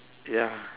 ya